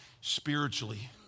spiritually